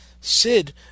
Sid